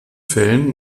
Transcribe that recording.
fällen